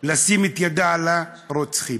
לשים את ידה על הרוצחים.